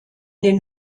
den